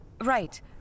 right